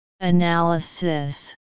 analysis